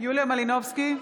יוליה מלינובסקי,